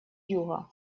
юга